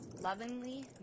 lovingly